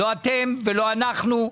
לא אתם ולא אנחנו.